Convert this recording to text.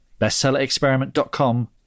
bestsellerexperiment.com